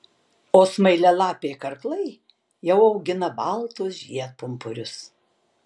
o smailialapiai karklai jau augina baltus žiedpumpurius